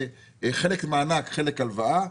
חלק זה מענק וחלק זה הלוואה.